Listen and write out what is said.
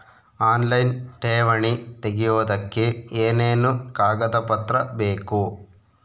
Online ಠೇವಣಿ ತೆಗಿಯೋದಕ್ಕೆ ಏನೇನು ಕಾಗದಪತ್ರ ಬೇಕು?